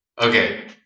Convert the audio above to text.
Okay